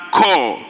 call